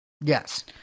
Yes